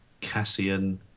Cassian